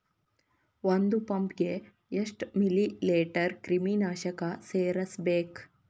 ಒಂದ್ ಪಂಪ್ ಗೆ ಎಷ್ಟ್ ಮಿಲಿ ಲೇಟರ್ ಕ್ರಿಮಿ ನಾಶಕ ಸೇರಸ್ಬೇಕ್?